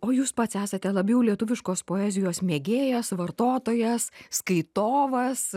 o jūs pats esate labiau lietuviškos poezijos mėgėjas vartotojas skaitovas